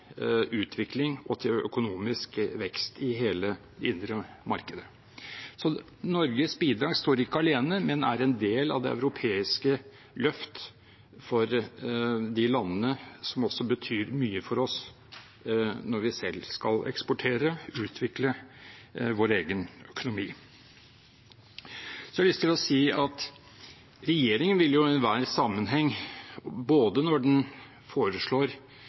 utvikling og til økonomisk vekst i hele det indre markedet. Norges bidrag står ikke alene, men er en del av det europeiske løft for de landene, som også betyr mye for oss når vi selv skal eksportere og utvikle vår egen økonomi. Så har jeg lyst til å si at regjeringen vil jo i enhver sammenheng, når den foreslår